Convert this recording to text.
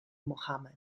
mohammad